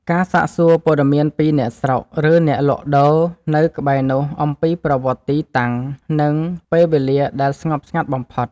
ការសាកសួរព័ត៌មានពីអ្នកស្រុក ឬអ្នកលក់ដូរនៅក្បែរនោះ អំពីប្រវត្តិទីតាំង និងពេលវេលាដែលស្ងប់ស្ងាត់បំផុត។